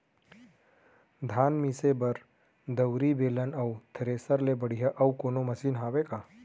धान मिसे बर दउरी, बेलन अऊ थ्रेसर ले बढ़िया अऊ कोनो मशीन हावे का?